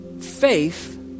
Faith